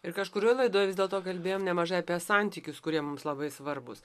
ir kažkurioj laidoj vis dėlto kalbėjom nemažai apie santykius kurie mums labai svarbūs